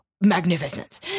magnificent